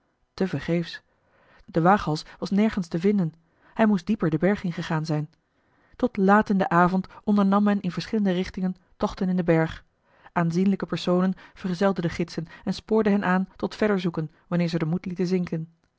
vergeefs de waaghals was nergens te vinden hij moest dieper den berg ingegaan zijn tot laat in den avond ondernam men in verschillende richtingen tochten in den berg aanzienlijke personen vergezelden de gidsen en spoorden hen aan tot verder zoeken wanneer ze den moed lieten zinken